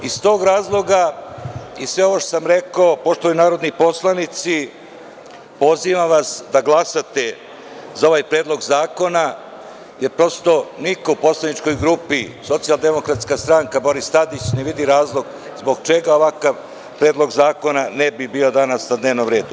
Iz tog razloga i sve ovo što sam rekao, poštovani narodni poslanici pozivam vas da glasate za ovaj predlog zakona, jer prosto niko u poslaničkoj grupi Boris Tadić – SDS, ne vidi razlog zbog čega ovakav predlog zakona ne bi bio danas na dnevnom redu.